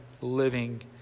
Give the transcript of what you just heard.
living